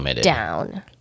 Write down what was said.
down